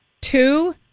Two